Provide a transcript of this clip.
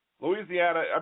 louisiana